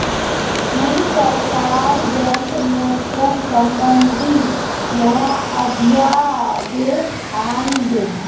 नई सरकार बैंक नियंत्रण संबंधी नया अध्यादेश आन बे